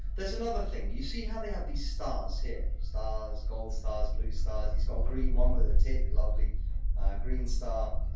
there's another thing. you see how they have these stars here? stars gold stars, blue stars, he's got a green one with a tick lovely green star.